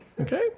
Okay